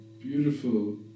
beautiful